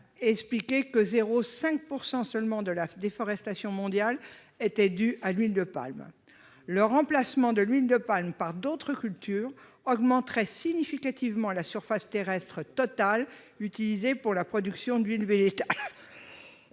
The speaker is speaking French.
les analyses -, 0,5 % seulement de la déforestation mondiale serait due à l'huile de palme et son remplacement par d'autres cultures augmenterait significativement la surface terrestre totale utilisée pour la production d'huiles végétales.